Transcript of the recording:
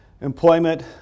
Employment